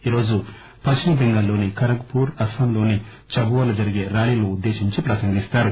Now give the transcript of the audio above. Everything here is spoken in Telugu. ఈ రోజు పశ్చిమ బెంగాల్లోని ఖరక్పూర్ అస్సాంలోని చబువాలో జరిగే ర్యాలీనుద్దేశించి ప్రసంగిస్తారు